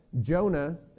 Jonah